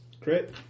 crit